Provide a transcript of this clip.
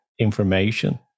information